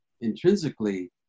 intrinsically